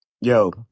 Yo